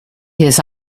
his